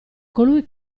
colui